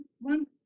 one